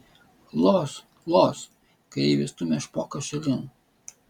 los los kareivis stumia špoką šalin